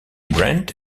brent